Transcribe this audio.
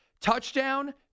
Touchdown